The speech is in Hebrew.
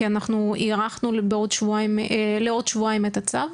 כי אנחנו הארכנו לעוד שבועיים את הצו?